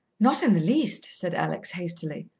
not in the least, said alex hastily.